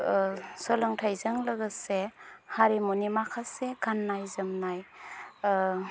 सोलोंथाइजों लोगोसे हारिमुनि माखासे गाननाय जोमनाय